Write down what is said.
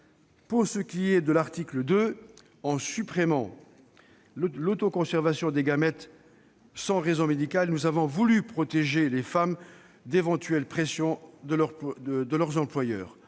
Pour ce qui est de l'article 2, en supprimant l'autoconservation des gamètes sans raison médicale, nous avons voulu protéger les femmes d'éventuelles pressions de leurs employeurs.